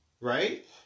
Right